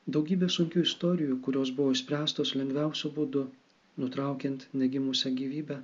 daugybė sunkių istorijų kurios buvo išspręstos lengviausiu būdu nutraukiant negimusią gyvybę